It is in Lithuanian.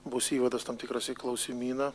bus įvadas tam tikras į klausimyną